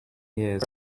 years